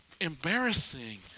embarrassing